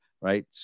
right